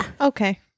Okay